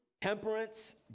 temperance